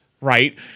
right